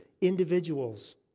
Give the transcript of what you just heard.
individuals